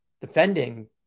defending